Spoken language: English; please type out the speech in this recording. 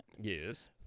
Yes